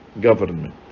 government